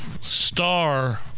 star